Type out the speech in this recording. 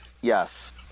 Yes